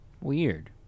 Weird